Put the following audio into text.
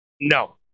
no